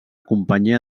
companyia